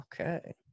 Okay